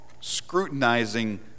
scrutinizing